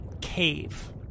cave